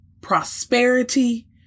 prosperity